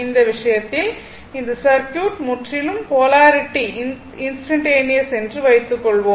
இந்த விஷயத்தில் இந்த சர்க்யூட் முற்றிலும் போலாரிட்டி இன்ஸ்டன்டனியஸ் என்று வைத்துக்கொள்வோம்